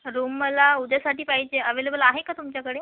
room मला उद्यासाठी पाहिजे अवेलेबल आहे का तुमच्याकडे